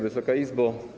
Wysoka Izbo!